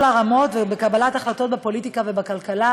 הרמות ובקבלת החלטות בפוליטיקה ובכלכלה,